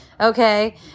Okay